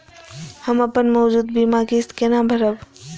हम अपन मौजूद बीमा किस्त केना भरब?